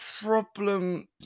problem